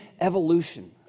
evolution